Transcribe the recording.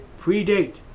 predate